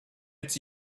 its